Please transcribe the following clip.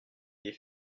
des